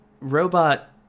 robot